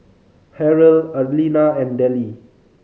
Harrell Arlena and Dellie